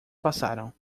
passaram